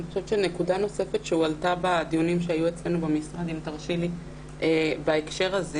אני חושבת שנקודה נוספת שהועלתה בדיונים שהיו אצלנו במשרד בהקשר הזה